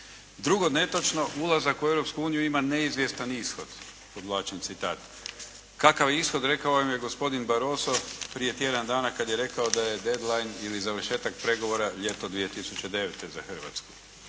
Drugo netočno ulazak u Europsku uniju ima neizvjestan ishod, podvlačim citat. Kakav ishod rekao vam je gospodin Barroso prije tjedan dana kad je rekao da je dead line ili završetak pregovora ljeto 2009. za Hrvatsku.